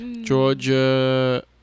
Georgia